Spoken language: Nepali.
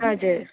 हजुर